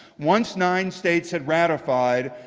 once nine states had ratified,